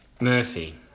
Murphy